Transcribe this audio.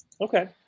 Okay